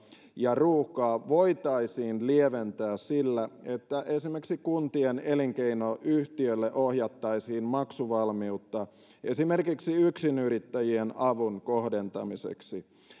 ja ruuhkaa voitaisiin lieventää sillä että esimerkiksi kuntien elinkeinoyhtiöille ohjattaisiin maksuvalmiutta esimerkiksi yksinyrittäjien avun kohdentamiseksi